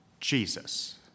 Jesus